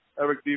Eric